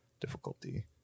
difficulty